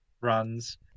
runs